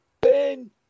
Ben